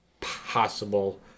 possible